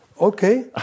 okay